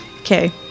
Okay